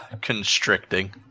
constricting